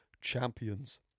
champions